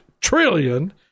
trillion